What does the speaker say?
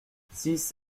six